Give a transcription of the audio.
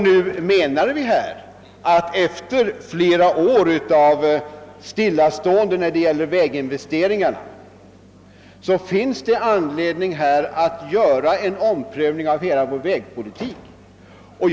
Nu menar vi att det efter flera år av stillastående när det gäller väginvesteringar finns anledning att ompröva hela vägpolitiken.